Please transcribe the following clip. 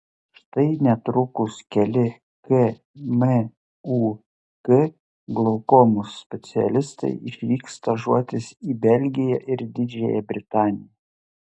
štai netrukus keli kmuk glaukomos specialistai išvyks stažuotis į belgiją ir didžiąją britaniją